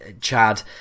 Chad